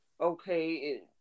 okay